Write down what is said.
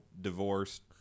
divorced